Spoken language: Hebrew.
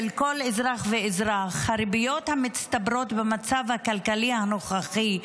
של כל אזרח ואזרח הריביות המצטברות במצב הכלכלי הנוכחי,